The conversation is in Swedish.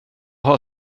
har